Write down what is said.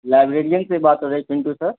librarian سے بات ہو رہی سر